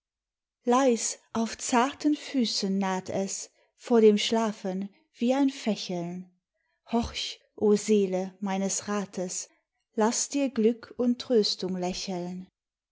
leis auf zarten füßen naht es vor dem schlafen wie ein fächeln horch o seele meines rates laß dir glück und tröstung lächeln